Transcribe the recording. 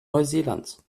neuseelands